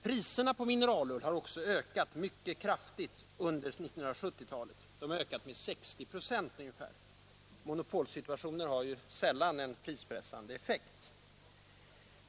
Priserna på mineralull har också ökat mycket kraftigt under 1970-talet, med 60 KH ungefär — monopolsituationer har ju sällan en prispressande effekt.